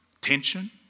tension